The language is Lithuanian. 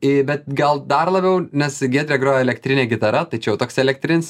i bet gal dar labiau nes giedrė groja elektrine gitara ta čia jau toks elektrinis